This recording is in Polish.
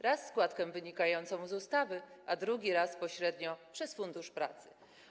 Raz - składkę wynikającą z ustawy, a drugi raz - pośrednio, przez Fundusz Pracy.